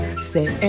Say